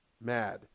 mad